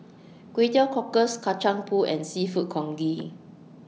Kway Teow Cockles Kacang Pool and Seafood Congee